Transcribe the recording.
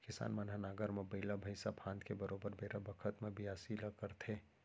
किसान मन ह नांगर म बइला भईंसा फांद के बरोबर बेरा बखत म बियासी ल करथे